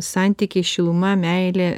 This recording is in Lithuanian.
santykiai šiluma meilė